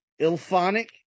Ilphonic